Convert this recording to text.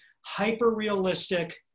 hyper-realistic